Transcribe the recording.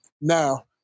Now